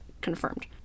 confirmed